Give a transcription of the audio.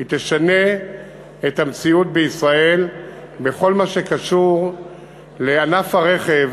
היא תשנה את המציאות בישראל בכל מה שקשור לענף הרכב,